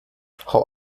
hau